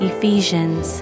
Ephesians